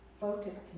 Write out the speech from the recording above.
focus